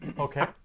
Okay